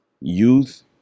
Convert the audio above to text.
youth